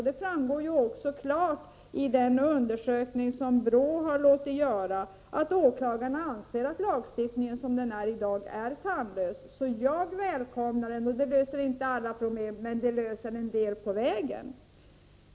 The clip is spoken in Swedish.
Det framgår också klart av en undersökning som BRÅ har låtit göra, att åklagarna anser att lagstiftningen som den är i dag är tandlös. Så jag välkomnar en förändring. Den löser inte alla problem, men den för en bit på vägen.